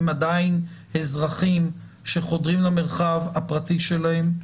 הם עדיין אזרחים שחודרים למרחב הפרטי שלהם,